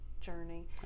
journey